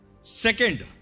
second